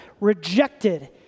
rejected